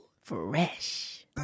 Fresh